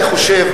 אני חושב,